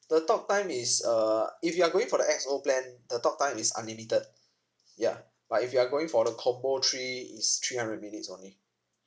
the talktime is uh if you are going for the X_O plan the talktime is unlimited ya but if you are going for the combo three is three hundred minutes only